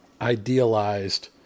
idealized